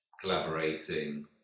collaborating